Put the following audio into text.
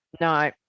No